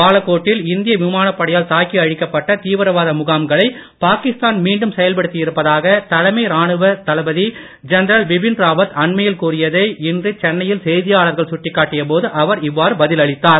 பாலாக்கோட்டில் இந்திய விமானப் படையால் தாக்கி அழிக்கப்பட்ட தீவிரவாத முகாம்களை பாகிஸ்தான் மீண்டும் செயல்படுத்தி இருப்பதாக தலைமை ராணுவ தளபதி ஜென்ரல் பிபின் ராவத் அண்மையில் கூறியதை இன்று சென்னையில் செய்தியாளர்கள் சுட்டிக்காட்டிய போது அவர் இவ்வாறு பதில் அளித்தார்